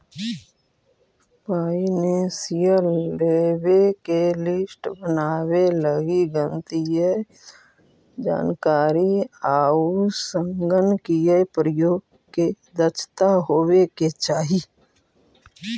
financial लेवे के list बनावे लगी गणितीय जानकारी आउ संगणकीय प्रयोग में दक्षता होवे के चाहि